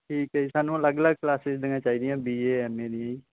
ਠੀਕ ਹੈ ਜੀ ਸਾਨੂੰ ਅਲੱਗ ਅਲੱਗ ਕਲਾਸਿਜ਼ ਦੀਆਂ ਚਾਹੀਦੀਆਂ ਬੀ ਏ ਐਮ ਏ ਦੀਆਂ ਜੀ